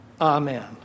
Amen